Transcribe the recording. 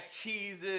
cheeses